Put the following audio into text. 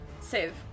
save